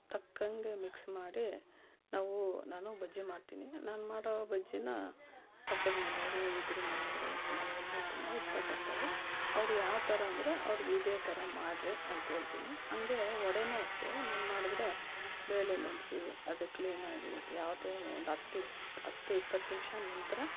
ತಕ್ಕಂಗೆ ಮಿಕ್ಸ್ ಮಾಡಿ ನಾವು ನಾನು ಬಜ್ಜಿ ಮಾಡ್ತೀನಿ ನಾನು ಮಾಡೋ ಬಜ್ಜಿನ ಪಕ್ಕದ ಮನೆಯವರು ಎದುರು ಮನೆಯವರು ಮನೆಯಲ್ಲಿ ತುಂಬ ಇಷ್ಟಪಡ್ತಾರೆ ಅವ್ರು ಯಾವ್ತರ ಅಂದರೆ ಅವರಿಗೆ ಇದೇ ಥರ ಮಾಡ್ರೆ ಅಂತೇಳ್ತೀನಿ ಹಂಗೆ ವಡೆ ಅಷ್ಟೆ ನಾನು ಮಾಡಿದ್ರೆ ಬೇಳೆ ನೆನೆಸಿ ಅದು ಕ್ಲೀನಾಗಿ ಯಾವ ಟೈಮ್ ಒಂದು ಹತ್ತು ಇಪ್ಪ ಹತ್ತು ಇಪ್ಪತ್ತು ನಿಮಿಷ ನಂತರ